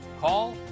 Call